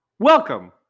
welcome